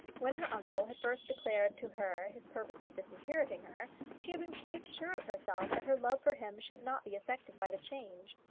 when her uncle had first declared to her his purpose of disinheriting her, she had been quite sure of herself that her love for him should not be affected by the change.